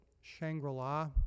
Shangri-La